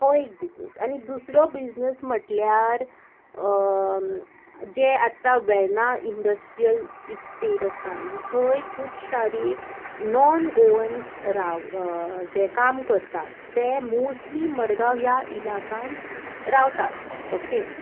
हो एक बिजनस आनी दुसरो बिजनस म्हटल्यार जे आतां वेर्ना इंडस्ट्रियल इस्टेट आसा न्ही थंय खूबशारी नॉन गोवन्स राव जे काम करतात ते मोस्टली मडगांव ह्या इलाकान रावतात ओके